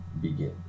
begin